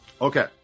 Okay